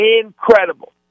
incredible